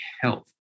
health